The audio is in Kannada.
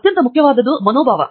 ಅತ್ಯಂತ ಮುಖ್ಯವಾದುದು ಮನೋಭಾವ